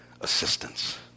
assistance